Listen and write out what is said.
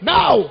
Now